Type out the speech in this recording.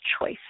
choice